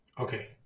Okay